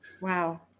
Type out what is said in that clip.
Wow